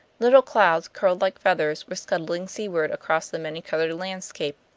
little clouds curled like feathers, were scudding seaward across the many-colored landscape,